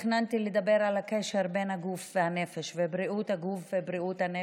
תכננתי לדבר על הקשר בין הגוף והנפש ובריאות הגוף ובריאות הנפש.